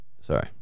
sorry